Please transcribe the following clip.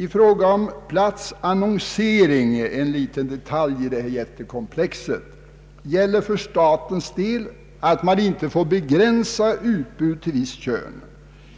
I fråga om platsannonsering — en liten detalj i detta jättekomplex — gäller för statens del att utbud inte får begränsas till visst kön.